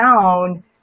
down